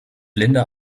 linda